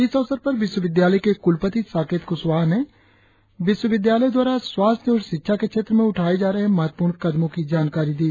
इस अवसर पर विश्वविद्यालय के कुलपति साकेत कुशवाहा ने विश्वविद्यालय द्वारा स्वास्थ्य और शिक्षा के क्षेत्र में उठाए जा रहे महत्वपूर्ण कदमों की जानकारी दी